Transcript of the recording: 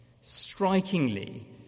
Strikingly